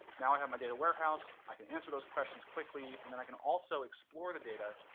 now i have my data warehouse i can answer those questions quickly, and then i can also explore the data.